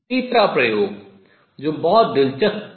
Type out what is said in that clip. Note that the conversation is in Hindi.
तीसरा प्रयोग जो बहुत दिलचस्प था